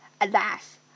alas